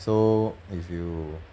so if you